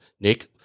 Nick